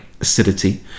acidity